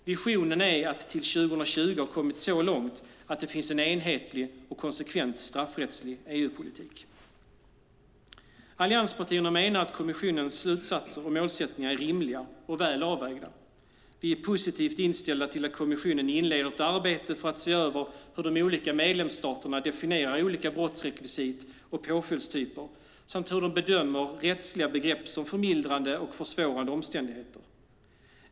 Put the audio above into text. Visionen är att till 2020 ha kommit så långt att det finns en enhetlig och konsekvent straffrättslig EU-politik. Allianspartierna menar att kommissionens slutsatser och målsättningar är rimliga och väl avvägda. Vi är positivt inställda till att kommissionen inleder ett arbete för att se över hur de olika medlemsstaterna definierar olika brottsrekvisit och påföljdstyper samt hur de bedömer rättsliga begrepp som förmildrande och försvårande omständigheter.